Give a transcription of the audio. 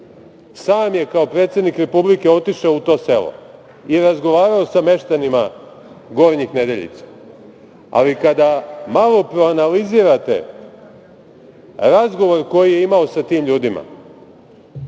Sam je kao predsednik Republike otišao u to selo i razgovarao sa meštanima Gornjih Nedeljica. Ali, kada malo proanalizirate razgovor koji je imao sa tim ljudima,